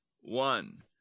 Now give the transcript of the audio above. one